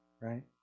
right